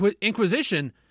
Inquisition